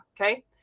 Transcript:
Okay